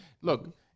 Look